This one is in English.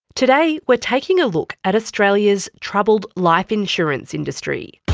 today we're taking a look at australia's troubled life insurance industry.